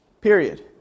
Period